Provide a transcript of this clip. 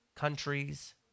countries